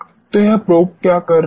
तो यह प्रोब क्या कर रहा है